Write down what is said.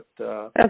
Okay